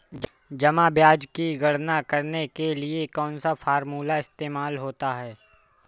जमा ब्याज की गणना करने के लिए कौनसा फॉर्मूला इस्तेमाल होता है?